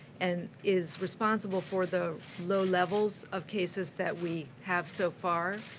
and is responsible for the low levels of cases that we have so far.